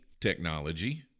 technology